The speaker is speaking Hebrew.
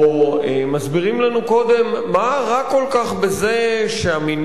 או מסבירים לנו קודם: מה רע כל כך בזה שהמינוי